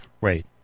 Wait